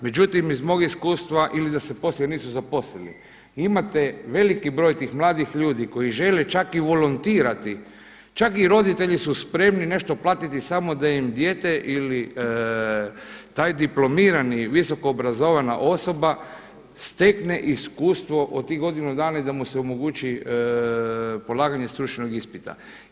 Međutim, iz mog iskustva ili da se poslije nisu zaposlili, imate veliki broj tih mladih ljudi koji žele čak i volontirati, čak i roditelji su spremni nešto platiti samo da im dijete ili taj diplomirani visoko obrazovana osoba stekne iskustvo u tih godinu dana i da mu se omogući polaganje stručnog ispita.